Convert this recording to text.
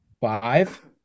five